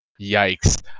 yikes